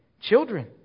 children